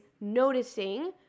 noticing